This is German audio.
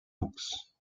wuchs